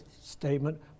statement